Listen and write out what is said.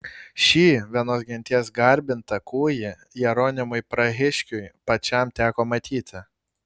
šį vienos genties garbintą kūjį jeronimui prahiškiui pačiam teko matyti